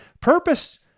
purpose